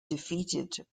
defeated